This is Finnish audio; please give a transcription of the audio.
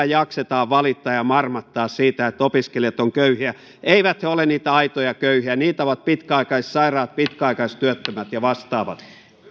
jaksetaan valittaa ja ja marmattaa siitä että opiskelijat ovat köyhiä eivät he ole niitä aitoja köyhiä niitä ovat pitkäaikaissairaat pitkäaikaistyöttömät ja vastaavat